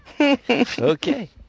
Okay